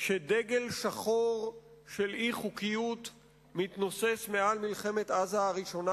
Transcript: שדגל שחור של אי-חוקיות מתנוסס מעל מלחמת עזה הראשונה,